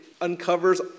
uncovers